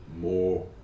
more